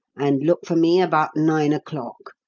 and look for me about nine o'clock.